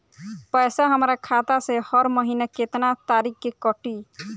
पैसा हमरा खाता से हर महीना केतना तारीक के कटी?